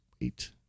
Wait